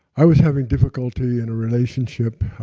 i was having difficulty in a relationship